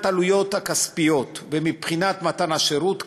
עלויות הכספיות ומבחינת מתן השירות כאשר,